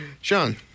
Sean